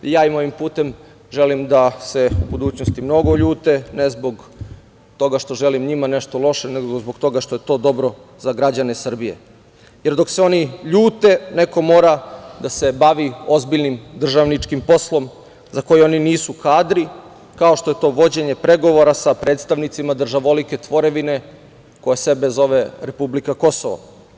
Ja im ovim putem želim da se u budućnosti mnogo ljute, ne zbog toga što želim njima nešto loše, nego zbog toga što je to dobro za građane Srbije, jer dok se oni ljute neko mora da se bavi ozbiljnim državničkim poslom, za koji oni nisu kadri, kao što je to vođenje pregovora sa predstavnicima državovolike tvorevine koja sebe zove republika Kosovo.